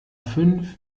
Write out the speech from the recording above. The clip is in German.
fünf